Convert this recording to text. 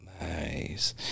Nice